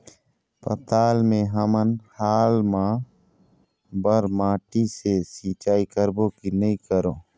पताल मे हमन हाल मा बर माटी से सिचाई करबो की नई करों?